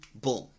boom